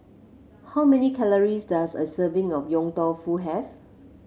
how many calories does a serving of Yong Tau Foo have